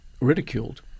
ridiculed